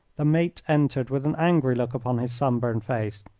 the mate entered with an angry look upon his sunburned face.